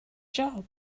job